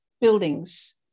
buildings